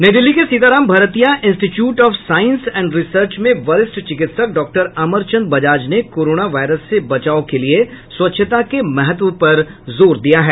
नई दिल्ली के Sitaram Bhartia institute of science and research में वरिष्ठ चिकित्सक डॉ अमरचंद बजाज ने कोरोना वायरस से बचाव के लिए स्वच्छता के महत्व पर जोर दिया है